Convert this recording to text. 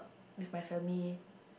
with my family